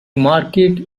marquette